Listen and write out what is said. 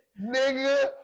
Nigga